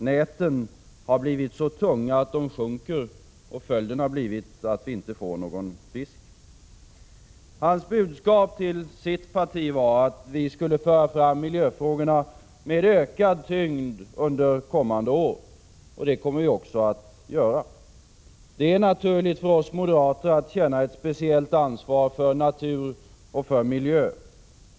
Näten blir så tunga att de sjunker, följden blir ingen fisk.” Hans budskap till sitt parti var att vi skulle föra fram miljöfrågorna med ökad tyngd under de kommande åren. Det kommer vi också att göra. Det är naturligt för oss moderater att känna ett speciellt ansvar för natur och miljö.